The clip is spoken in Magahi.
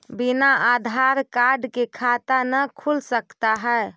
बिना आधार कार्ड के खाता न खुल सकता है?